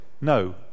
no